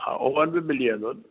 हा ओवन बि मिली वेंदो